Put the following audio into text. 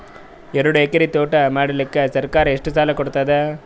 ಎರಡು ಎಕರಿ ತೋಟ ಮಾಡಲಿಕ್ಕ ಸರ್ಕಾರ ಎಷ್ಟ ಸಾಲ ಕೊಡತದ?